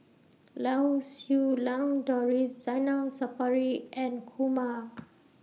Lau Siew Lang Doris Zainal Sapari and Kumar